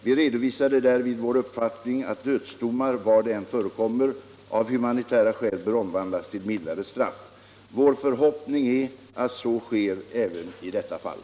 Vi redovisade därvid vår uppfattning att dödsdomar, var de än förekommer, av humanitära skäl bör omvandlas till mildare straff. Vår förhoppning är att så sker även i detta fall.